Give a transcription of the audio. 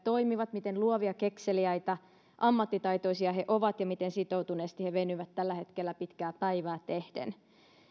toimivat miten luovia kekseliäitä ammattitaitoisia he ovat ja miten sitoutuneesti he venyvät tällä hetkellä pitkää päivää tehden